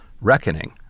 reckoning